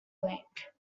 link